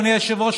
אדוני היושב-ראש,